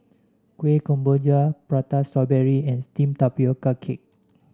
Kueh Kemboja Prata Strawberry and steamed Tapioca Cake